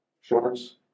shorts